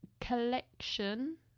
collection